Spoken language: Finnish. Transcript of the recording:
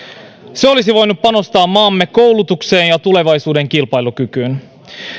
se olisi voinut panostaa maamme koulutukseen ja tulevaisuuden kilpailukykyyn